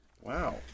Wow